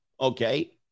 Okay